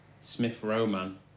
Smith-Roman